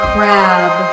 Crab